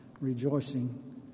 Rejoicing